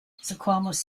squamous